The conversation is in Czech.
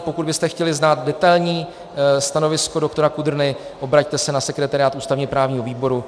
Pokud byste chtěli znát detailní stanovisko doktora Kudrny, obraťte se na sekretariát ústavněprávního výboru.